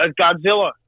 godzilla